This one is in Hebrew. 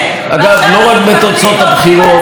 ועכשיו אתם מתקפלים ודורכים על הציבור פעם אחרי פעם.